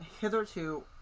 hitherto